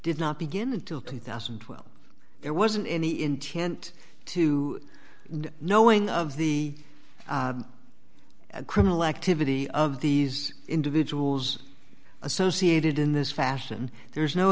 did not begin until two thousand and twelve there wasn't any intent to knowing of the and criminal activity of these individuals associated in this fashion there's no